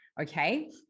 okay